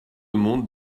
monde